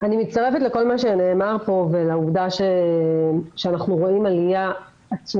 אני מצטרפת לכל מה שנאמר פה ולעובדה שאנחנו רואים עליה עצומה